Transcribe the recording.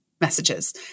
messages